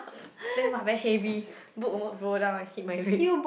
then [wah] very heavy the book almost roll down and hit my leg